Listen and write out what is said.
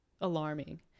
alarming